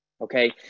Okay